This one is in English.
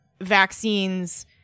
vaccines